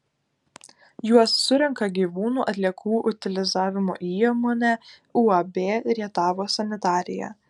juos surenka gyvūnų atliekų utilizavimo įmonė uab rietavo sanitarija